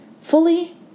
fully